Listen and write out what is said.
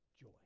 joy